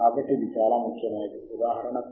కాబట్టి విభిన్న డేటాతో పనిచేయడం చాలా సులభం